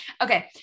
okay